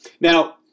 Now